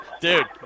dude